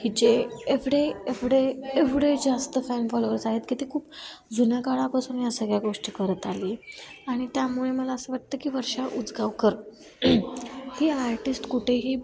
की जे एफडे एवढे एवढे जास्त फॅन फॉलोअर्स आहेत की ते खूप जुन्या काळापासून ह्या सगळ्या गोष्टी करत आली आणि त्यामुळे मला असं वाटतं की वर्षा उसगावकर ही आर्टिस्ट कुठेही